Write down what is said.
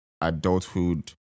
adulthood